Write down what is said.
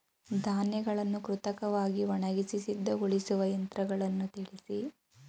ಧಾನ್ಯಗಳನ್ನು ಕೃತಕವಾಗಿ ಒಣಗಿಸಿ ಸಿದ್ದಗೊಳಿಸುವ ಯಂತ್ರಗಳನ್ನು ತಿಳಿಸಿ?